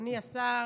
אדוני השר,